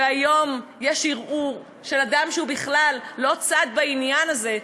והיום יש ערעור של אדם שהוא בכלל לא צד בעניין הזה,